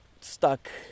stuck